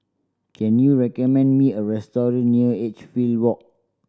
can you recommend me a restaurant near Edgefield Walk